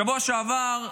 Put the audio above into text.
בשבוע שעבר אנחנו,